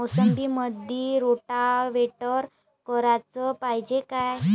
मोसंबीमंदी रोटावेटर कराच पायजे का?